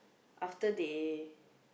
after they